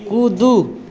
कूदू